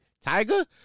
Tiger